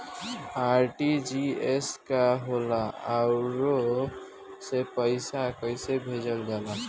RTGS का होला आउरओ से पईसा कइसे भेजल जला?